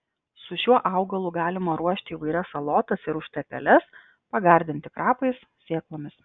su šiuo augalu galima ruošti įvairias salotas ir užtepėles pagardinti krapais sėklomis